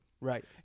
Right